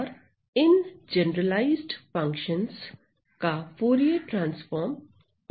और इन generalised functions का फूरिये ट्रांसफार्म उपलब्ध है